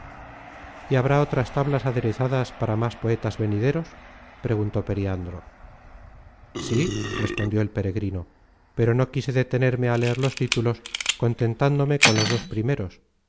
y habrá otras tablas aderezadas para más poetas venideros preguntó periandro sí respondió el peregrino pero no quise detenerme a leer los títulos contentándome con los dos primeros